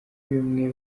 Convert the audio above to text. bimwe